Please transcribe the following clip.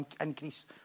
increase